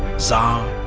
tsar,